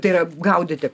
tai yra gaudyti